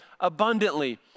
abundantly